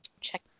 Check